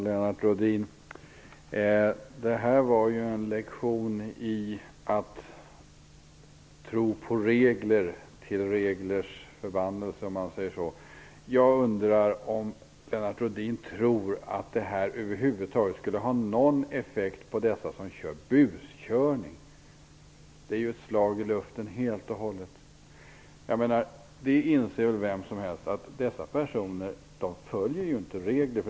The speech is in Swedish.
Fru talman! Detta var en lektion i att tro på regler, till reglers förbannelse, om man säger så, Lennart Jag undrar om Lennart Rohdin tror att detta över huvud taget skulle ha någon effekt på dem som buskör. Det är helt och hållet ett slag i luften. Vem som helst inser att dessa personer inte följer regler.